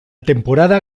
temporada